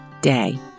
day